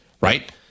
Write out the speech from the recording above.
right